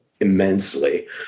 immensely